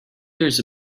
years